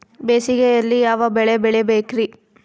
ಬೇಸಿಗೆಯಲ್ಲಿ ಯಾವ ಬೆಳೆ ಬೆಳಿಬೇಕ್ರಿ?